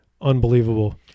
Unbelievable